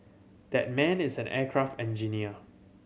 that man is an aircraft engineer